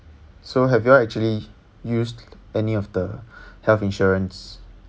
so have you all actually used any of the health insurance